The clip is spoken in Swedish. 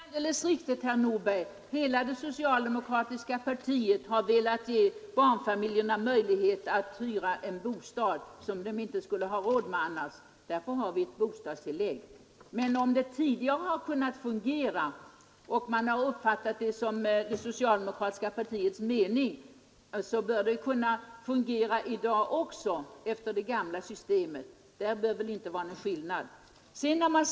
Herr talman! Det är alldeles riktigt, herr Nordberg. Hela det socialdemokratiska partiet har velat ge barnfamiljerna möjlighet att hyra en bostad som de inte skulle ha råd med annars. Därför har vi ett bostadstillägg. Men om det tidigare har kunnat fungera och då uppfattats som det socialdemokratiska partiets mening, bör det kunna fungera i dag också enligt det gamla systemet. get och stödet till daghemmen.